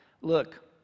look